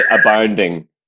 abounding